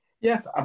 yes